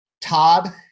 Todd